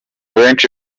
benshi